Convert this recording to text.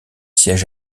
siège